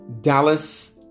Dallas